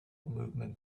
movement